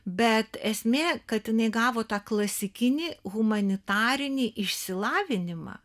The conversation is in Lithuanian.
bet esmė kad jinai gavo tą klasikinį humanitarinį išsilavinimą